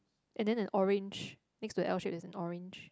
and then an orange next to L shape is an orange